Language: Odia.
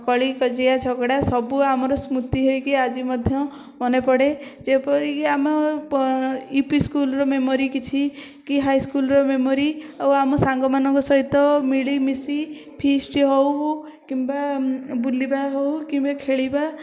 କଳି କଜିଆ ଝଗଡ଼ା ସବୁ ଆମେ ଆମର ସ୍ମୃତି ହେଇକି ଆଜି ମଧ୍ୟ ମନେପଡ଼େ ଯେପରି କି ଆମ ୟୁପି ସ୍କୁଲର ମେମୋରୀ କିଛି କି ହାଇ ସ୍କୁଲର ମେମୋରୀ ଆଉ ଆମ ସାଙ୍ଗମାନଙ୍କ ସହିତ ମିଳିମିଶି ଫିଷ୍ଟ ହେଉ କିମ୍ବା ବୁଲିବା ହେଉ କିମ୍ବା ଖେଳିବା